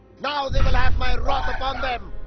now they will have my wrath upon them.